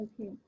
Okay